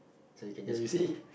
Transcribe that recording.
so you can just make